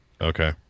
Okay